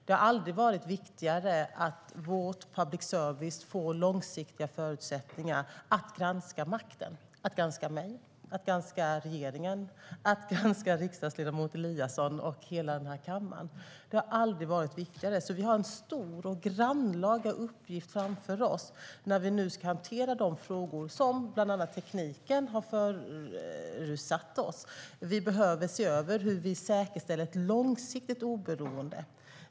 Det har aldrig varit viktigare att vår public service får långsiktiga förutsättningar att granska makten - att granska mig, att granska regeringen, att granska riksdagsledamot Eliasson och hela den här kammaren. Det har aldrig varit viktigare, så vi har en stor och grannlaga uppgift framför oss när vi nu ska hantera de frågor som bland annat tekniken har medfört att vi behöver ta itu med. Vi behöver se över hur vi säkerställer ett långsiktigt oberoende.